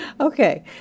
Okay